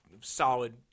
solid